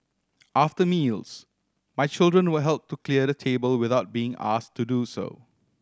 after meals my children will help to clear the table without being asked to do so